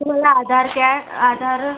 तुम्हाला आधार कॅ आधार